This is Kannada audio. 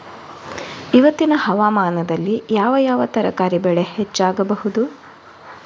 ಇವತ್ತಿನ ಹವಾಮಾನದಲ್ಲಿ ಯಾವ ಯಾವ ತರಕಾರಿ ಬೆಳೆ ಹೆಚ್ಚಾಗಬಹುದು?